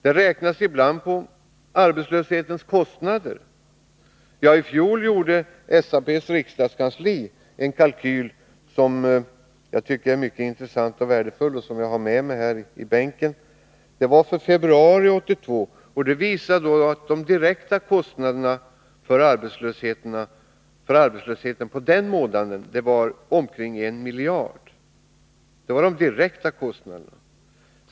Det räknas ibland på arbetslöshetens kostnader. I fjol gjorde SAP:s riksdagskansli en kalkyl, som jag tycker är mycket intressant och värdefull och som jag har med mig i bänken. Den gällde februari 1982 och visade att de direkta kostnaderna för arbetslösheten den månaden var omkring 1 miljard kronor. Det var alltså de direkta kostnaderna.